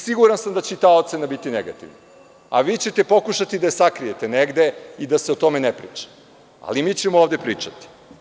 Siguran sam da će i ta ocena biti negativna, a vi ćete pokušati da je sakrijete negde i da se o tome ne priča, ali mi ćemo ovde pričati.